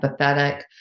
empathetic